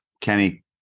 Kenny